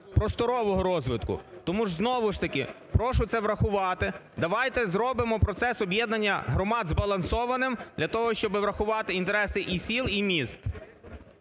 просторового розвитку. Тому знову ж таки прошу це врахувати. Давайте зробимо процес об'єднання громад збалансованим для того, щоби врахувати інтереси і сіл, і міст.